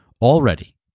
Already